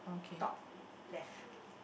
top left